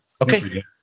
okay